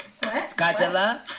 Godzilla